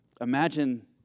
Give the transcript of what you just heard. Imagine